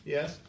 Yes